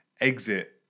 exit